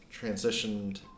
transitioned